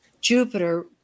Jupiter